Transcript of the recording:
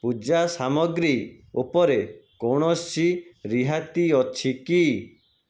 ପୂଜା ସାମଗ୍ରୀ ଉପରେ କୌଣସି ରିହାତି ଅଛି କି